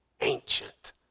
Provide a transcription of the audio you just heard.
ancient